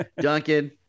Duncan